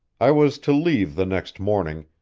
i was to leave the next morning,